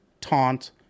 taunt